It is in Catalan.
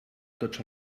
tots